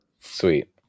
sweet